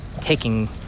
taking